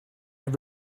have